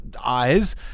eyes